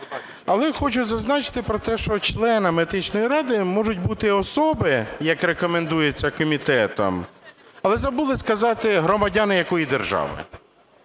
Але я хочу зазначити про те, що членами Етичної ради можуть бути особи, як рекомендується комітетом, але забули сказати, громадяни якої держави.